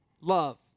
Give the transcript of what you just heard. love